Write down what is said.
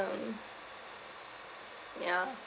yeah